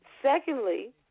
Secondly